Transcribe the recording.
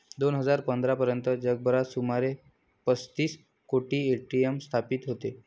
दोन हजार पंधरा पर्यंत जगभरात सुमारे पस्तीस कोटी ए.टी.एम स्थापित होते